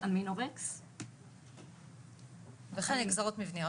אמינורקס aminorex, וכן נגזרות מבניות